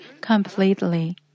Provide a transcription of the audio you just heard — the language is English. completely